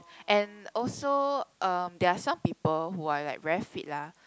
and also um there are some people who are like very fit lah